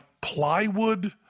plywood